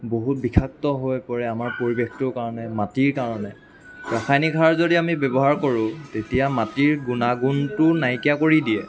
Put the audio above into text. বহুত বিষাক্ত হৈ পৰে আমাৰ পৰিৱেশটোৰ কাৰণে মাটিৰ কাৰণে ৰাসায়নিক সাৰ যদি আমি ব্যৱহাৰ কৰোঁ তেতিয়া মাটিৰ গুণাগুণটো নাইকিয়া কৰি দিয়ে